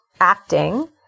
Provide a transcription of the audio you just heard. acting